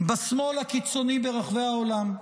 בשמאל הקיצוני ברחבי העולם.